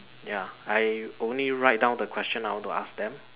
ya I only write down the question I want to ask them